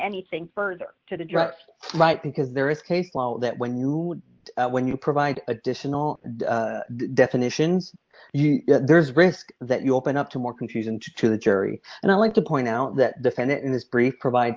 anything further to dress right because there is case law that when you when you provide additional definitions you there's risk that you open up to more countries and to the jury and i like to point out that defendant in this brief provide